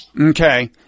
Okay